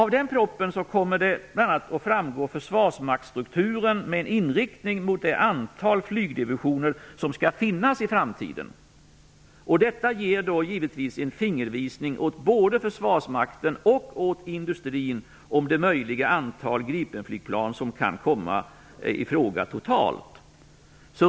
Av den propositionen kommer bl.a. försvarsmaktsstrukturen att framgå, med inriktning på det antal flygdivisioner som skall finnas i framtiden. Detta ger givetvis en fingervisning åt både försvarsmakten och industrin om det antal Gripenflygplan som kan komma i fråga totalt.